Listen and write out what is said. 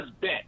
bet